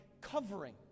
covering